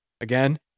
again